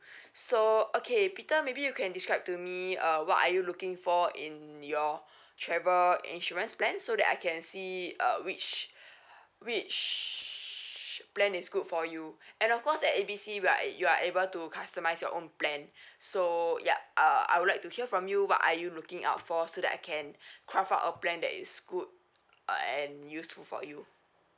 so okay peter maybe you can describe to me uh what are you looking for in your travel insurance plan so that I can see uh which which plan is good for you and of course at A B C you're you are able to customise your own plan so yup uh I would like to hear from you what are you looking out for so that I can carve out a plan that is good uh and useful for you